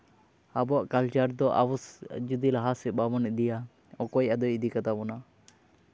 ᱟᱵᱚᱣᱟᱜ ᱠᱟᱞᱪᱟᱨ ᱫᱚ ᱟᱵᱚ ᱡᱩᱫᱤ ᱞᱟᱦᱟ ᱥᱮᱫ ᱵᱟᱵᱚᱱ ᱤᱫᱤᱭᱟ ᱚᱠᱚᱭ ᱟᱫᱚᱭ ᱤᱫᱤ ᱠᱟᱛᱟᱵᱚᱱᱟ